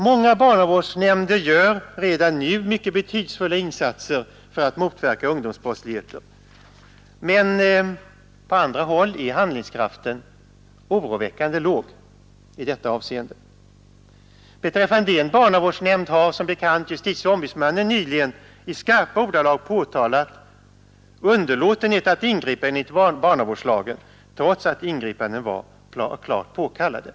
Många barnavårdsnämnder gör redan nu mycket betydelsefulla insatser för att motverka ungdomsbrottsligheten, men på andra håll är handlingskraften oroväckande låg i detta avseende. Beträffande en barnavårdsnämnd har som bekant justitieombudsmannen nyligen i skarpa ordalag påtalat underlåtenhet att ingripa enligt barnavårdslagen, trots att ingripanden var klart påkallade.